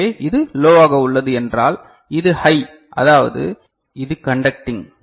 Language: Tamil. எனவே இது லோவாக உள்ளது என்றால் இது ஹை அதாவது இது கன்டக்டிங்